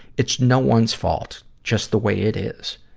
it's no one's fault, just the way it is.